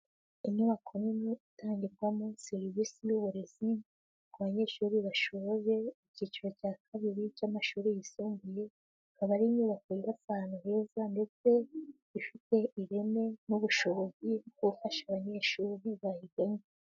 Inyubako nini itangirwamo serivisi z'uburezi ku banyeshuri basoje icyiciro cya kabiri cy'amashuri yisumbuye, akaba ari inyubako yubatse ahantu heza, ndetse ifite ireme n'ubushobozi bwo gufasha abanyeshuri bayigannye.